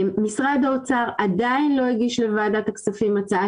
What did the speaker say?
משרד האוצר עדיין לא הגיש לוועדת הכספים הצעה